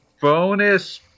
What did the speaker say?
bonus